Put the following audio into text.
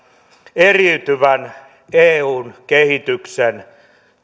eriytyvän eun kehityksen